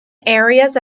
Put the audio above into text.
areas